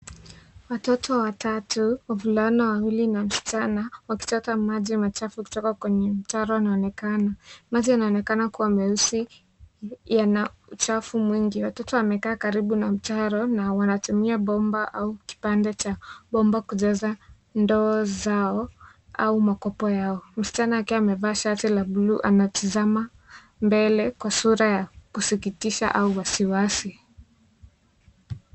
Watoto watatu, wavulana wawili na msichana, wakichota maji machafu kutoka kwenye mtaro wanaonekana. Maji yanaonekana kuwa meusi, yana uchafu mwingi. Watoto wamekaa karibu na mtaro, na wanatumia bomba au kipande cha bomba kujaza ndoo zao, au makopo yao. Msichana akiwa amevaa shati la bluu anatazama mbele kwa sura ya kusikitisha au wasiwasi.